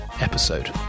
episode